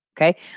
okay